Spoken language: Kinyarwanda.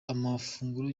amafunguro